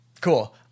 Cool